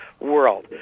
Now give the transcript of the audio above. world